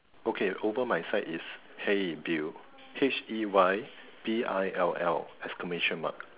okay over my side is hey Bill H E Y B I L L exclamation mark